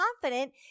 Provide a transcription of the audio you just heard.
confident